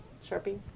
Sharpie